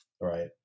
Right